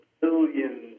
billions